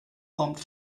kommt